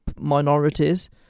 minorities